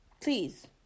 Please